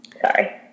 Sorry